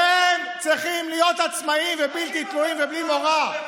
כשהם צריכים להיות עצמאיים ובלתי תלויים ובלי מורא.